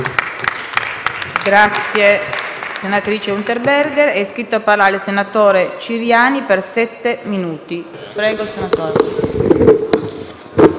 Grazie,